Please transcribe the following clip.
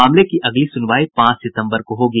मामले की अगली सुनवाई पांच सितम्बर को होगी